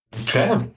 Okay